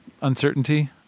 uncertainty